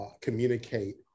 communicate